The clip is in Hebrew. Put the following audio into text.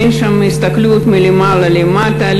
אין שם הסתכלות מלמעלה למטה.